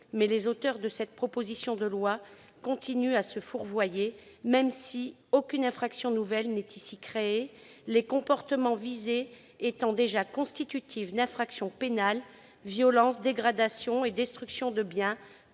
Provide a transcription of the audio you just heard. les auteurs de cette proposition de loi continuent à se fourvoyer, même si aucune infraction nouvelle n'est créée, les comportements visés étant déjà constitutifs d'infractions pénales- violence, dégradation et destruction de biens,